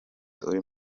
uri